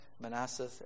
Manasseh